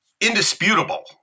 indisputable